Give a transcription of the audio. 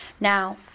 Now